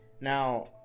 Now